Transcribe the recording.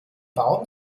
baum